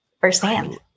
firsthand